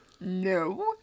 No